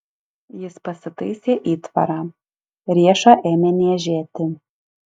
jis pasitaisė įtvarą riešą ėmė niežėti